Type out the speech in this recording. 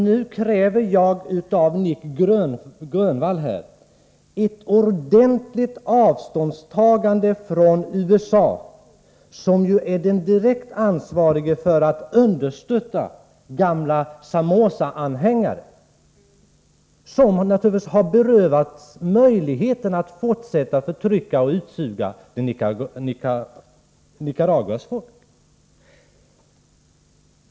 Nu kräver jag av Nic Grönvall ett ordentligt avståndstagande från USA, som ju är direkt ansvarigt för att understötta gamla Somoza-anhängare — vilka naturligtvis har berövats möjligheten att fortsätta att förtrycka och utsuga Nicaraguas folk.